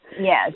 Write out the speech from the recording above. Yes